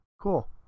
cool